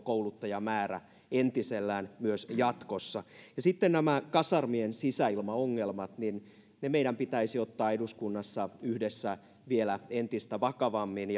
kouluttajamäärä entisellään myös jatkossa sitten nämä kasarmien sisäilmaongelmat ne meidän pitäisi ottaa eduskunnassa yhdessä vielä entistä vakavammin